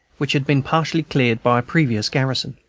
which had been partially cleared by a previous garrison.